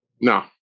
No